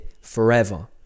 forever